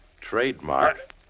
trademark